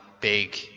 big